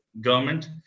government